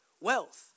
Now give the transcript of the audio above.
wealth